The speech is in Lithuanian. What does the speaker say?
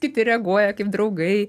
kiti reaguoja kaip draugai